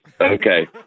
Okay